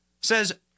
says